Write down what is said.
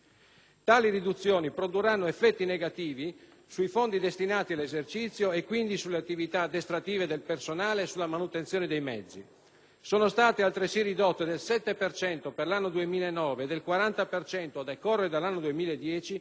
Tali riduzioni produrranno effetti negativi sui fondi destinati all'esercizio e quindi sulle attività addestrative del personale e sulla manutenzione dei mezzi. Sono state altresì ridotte del 7 per cento per l'anno 2009, e del 40 per cento a decorrere dall'anno 2010,